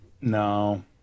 No